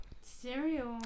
Cereal